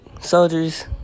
soldiers